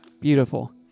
Beautiful